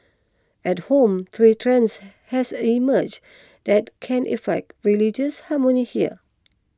at home three trends has emerged that can affect religious harmony here